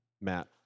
Matt